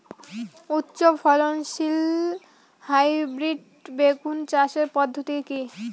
উচ্চ ফলনশীল হাইব্রিড বেগুন চাষের পদ্ধতি কী?